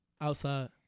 outside